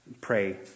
pray